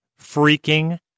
freaking